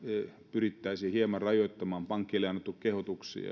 pyrittäisiin hieman rajoittamaan pankeille on annettu kehotuksia että